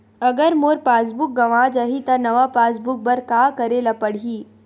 अगर मोर passbook गवां जाहि त नवा पास बुक बर का करे ल पड़हि?